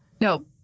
No